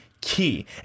key